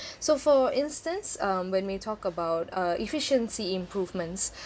so for instance um when we talk about uh efficiency improvements